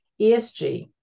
ESG